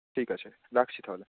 ঠিক আছে রাখছি তাহলে